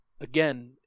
Again